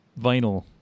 vinyl